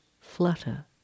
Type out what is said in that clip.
flutter